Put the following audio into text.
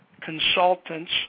Consultants